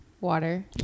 water